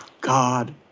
God